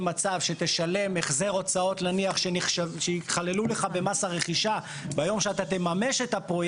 מצב שתשלם החזר הוצאות שיכללו במס הרכישה ביום שאתה תממש את הפרויקט,